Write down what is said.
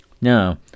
Now